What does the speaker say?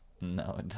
No